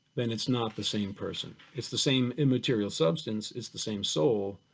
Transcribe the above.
then it's not the same person, it's the same immaterial substance, it's the same soul,